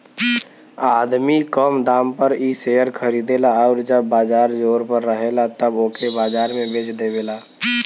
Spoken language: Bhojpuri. आदमी कम दाम पर इ शेअर खरीदेला आउर जब बाजार जोर पर रहेला तब ओके बाजार में बेच देवेला